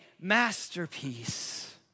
masterpiece